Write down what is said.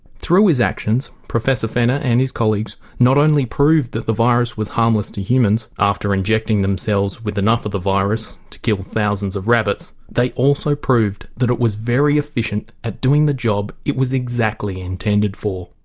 through his actions professor fenner and his colleagues not only proved that the virus was harmless to humans after injecting themselves with enough of the virus to kill thousands of rabbits, they also proved that it was very efficient at doing the job it was exactly intended for.